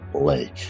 lake